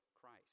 Christ